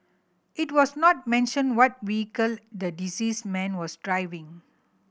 it was not mentioned what vehicle the deceased man was driving